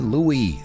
Louis